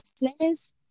business